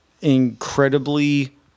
incredibly